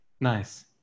Nice